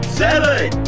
seven